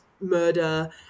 murder